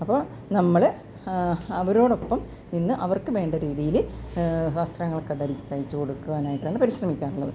അപ്പോൾ നമ്മള് അവരോടൊപ്പം നിന്ന് അവർക്ക് വേണ്ട രീതിയിൽ വസ്ത്രങ്ങളൊക്ക ധരി തയിച്ച് കൊടുക്കാനായിട്ടാണ് പരിശ്രമിക്കാറുള്ളത്